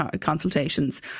consultations